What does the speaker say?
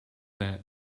that